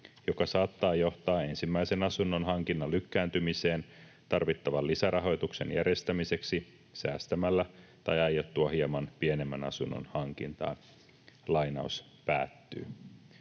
joka saattaa johtaa ensimmäisen asunnon hankinnan lykkääntymiseen tarvittavan lisärahoituksen järjestämiseksi säästämällä tai aiottua hieman pienemmän asunnon hankintaan.” Aika painavaa